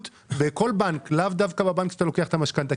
בכל בנק ולאו דווקא בבנק שבו לוקחים את המשכנתא,